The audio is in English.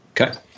Okay